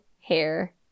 hair